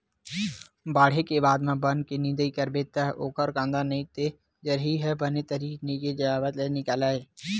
बाड़हे के बाद म बन के निंदई करबे त ओखर कांदा नइ ते जरई ह बने तरी के जात ले नइ निकलय